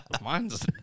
Mine's